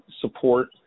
support